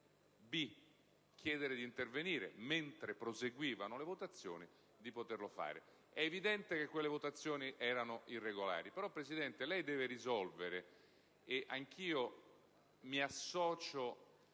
chiedere di intervenire mentre proseguivano le votazioni, di poterlo fare. È evidente che quelle votazioni erano irregolari, però lei, signor Presidente, deve risolvere - e anch'io mi associo